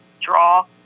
draw